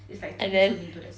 and then